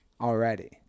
already